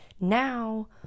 Now